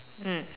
mm